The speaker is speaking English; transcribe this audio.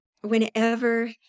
whenever